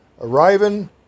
Arriving